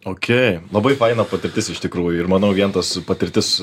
okei labai faina patirtis iš tikrųjų ir manau vien tas patirtis